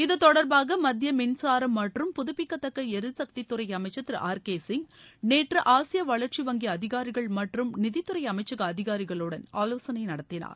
இது தொடர்பாக மத்திய மின்சாரம் மற்றும் புதுபிக்கத்தக்க எரிசக்தித்துறை அமைச்சர் திரு ஆர் கே சிய் நேற்று ஆசிய வளர்ச்சி வங்கி அதிகாரிகள் மற்றும் நிதித்துறை அமைச்சக அதிகாரிகளுடன் ஆலோசனை நடத்தினார்